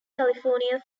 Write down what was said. california